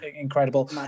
incredible